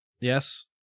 Yes